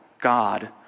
God